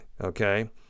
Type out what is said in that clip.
okay